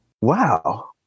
Wow